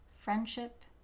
friendship